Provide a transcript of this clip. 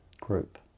group